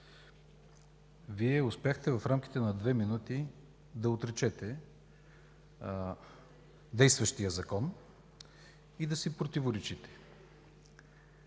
Вие успяхте в рамките на две минути да отречете действащия закон и да си противоречите!